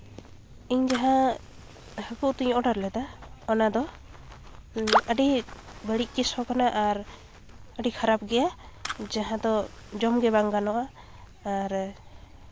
ᱤᱧ ᱡᱟᱦᱟᱸ ᱦᱟᱹᱠᱩ ᱩᱛᱩᱧ ᱚᱰᱟᱨ ᱞᱮᱫᱟ ᱚᱱᱟᱫᱚ ᱟᱹᱰᱤ ᱵᱟᱹᱲᱤᱡ ᱜᱮ ᱥᱚ ᱠᱟᱱᱟ ᱟᱨ ᱟᱹᱰᱤ ᱠᱷᱟᱨᱟᱯ ᱜᱮᱭᱟ ᱡᱟᱦᱟᱸ ᱫᱚ ᱡᱚᱢᱜᱮ ᱵᱟᱝ ᱜᱟᱱᱚᱜᱼᱟ ᱟᱨ